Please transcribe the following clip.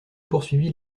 poursuivit